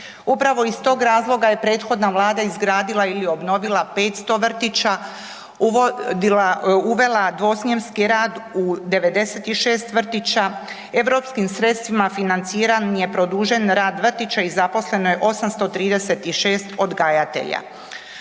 Upravo iz tog razloga …… je prethodna Vlada izgradila ili obnovila 500 vrtića, uvela dvosmjenski rad u 96 vrtića. Europskim sredstvima financiran je produženi rad vrtića i zaposleno je 836 odgajatelja.